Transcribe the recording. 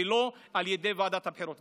ולא על ידי ועדת הבחירות.